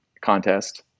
contest